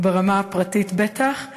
ברמה הפרטית בטח,